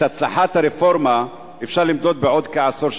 את הצלחת הרפורמה אפשר יהיה למדוד בעוד כעשור.